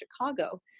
Chicago